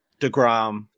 DeGrom